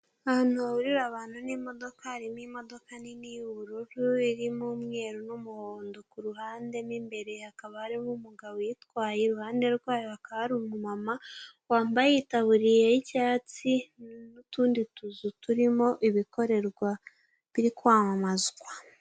Ahantu hahurira abantu n'imodoka, harimo imodoka nini y'ubururu irimo umweru n'umuhondo ku ruhande, mo imbere hakaba harimo umugabo uyitwaye iruhande rwayo hakaba hari umumama wambaye itaburiye y'icyatsi n'utundi tuzu turimo ibikorerwa biri kwamamazwa.